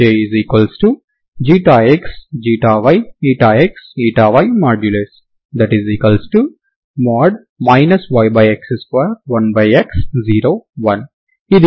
Jx y x y yx2 1x 0 1